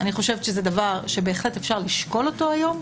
אני חושבת שזה דבר שבהחלט אפשר לשקול אותו היום.